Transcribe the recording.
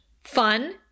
fun